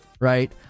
right